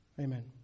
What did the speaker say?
Amen